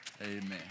Amen